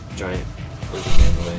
giant